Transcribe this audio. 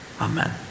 Amen